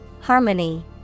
Harmony